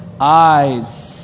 eyes